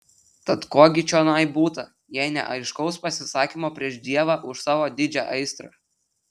tad ko gi čionai būta jei ne aiškaus pasisakymo prieš dievą už savo didžią aistrą